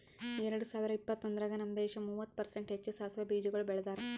ಎರಡ ಸಾವಿರ ಇಪ್ಪತ್ತೊಂದರಾಗ್ ನಮ್ ದೇಶ ಮೂವತ್ತು ಪರ್ಸೆಂಟ್ ಹೆಚ್ಚು ಸಾಸವೆ ಬೀಜಗೊಳ್ ಬೆಳದಾರ್